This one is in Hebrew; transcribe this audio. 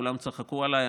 כולם צחקו עליי,